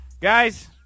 Guys